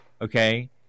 okay